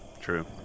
True